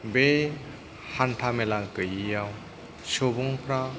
बे हान्था मेला गैयैयाव सुबुंफ्रा